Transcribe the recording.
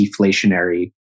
deflationary